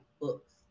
books